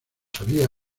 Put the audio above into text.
había